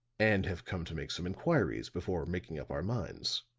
and have come to make some inquiries before making up our minds.